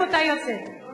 הליכוד מביא הצעות חוק,